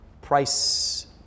price